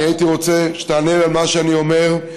שהייתי רוצה שתענה לי על מה שאני אומר.